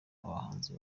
abahanzi